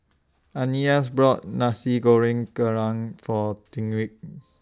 Ananias brought Nasi Goreng Kerang For Tyrique